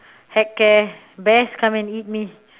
heck care bears come and eat me